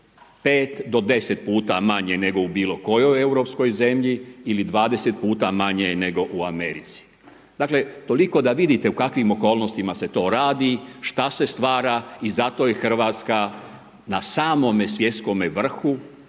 5 do 10 puta manje nego u bilo kojoj europskoj zemlji ili 20 puta manje nego u Americi. Dakle, toliko da vidite u kakvim okolnostima se to radi, šta se stvara i zato je Hrvatska na samome svjetskome vrhu